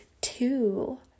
two